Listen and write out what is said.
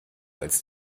als